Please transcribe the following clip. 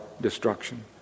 destruction